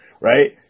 right